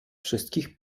wszystkich